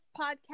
podcast